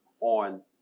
on